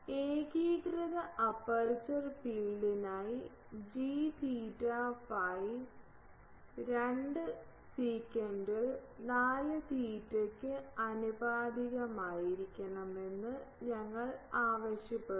ഏകീകൃത അപ്പർച്ചർ ഫീൽഡിനായി g theta phi 2 സെക്കന്റിൽ 4 തീറ്റയ്ക്ക് ആനുപാതികമായിരിക്കണമെന്ന് ഞങ്ങൾ ആവശ്യപ്പെടുന്നു